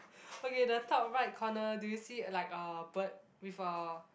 okay the top right corner do you see like a bird with a